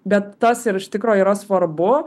bet tas ir iš tikro yra svarbu